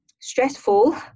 stressful